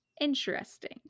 Interesting